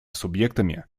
субъектами